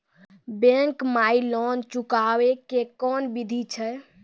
Bank माई loan चुकाबे के कोन बिधि छै?